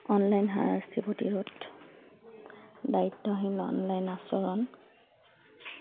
online হাৰাশাস্তি প্ৰতিৰোধ দায়িত্বহীন অনলাইন আচৰণ